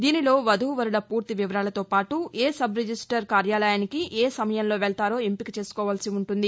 దీనిలో వధూవరుల పూర్తి వివరాలతో పాటు ఏ సబ్రిజిస్టార్ కార్యాలయానికి ఏ సమయంలో వెళ్తారో ఎంపిక చేసుకోవాల్సి ఉంటుంది